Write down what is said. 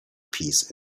peace